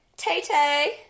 Tay-Tay